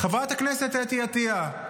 חברת הכנסת אתי עטיה,